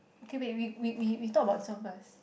okay wait we we we talk about this one first